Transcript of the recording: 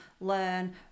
learn